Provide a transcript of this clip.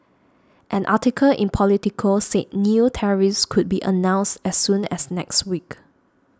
an article in Politico said new tariffs could be announced as soon as next week